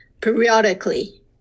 periodically